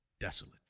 desolate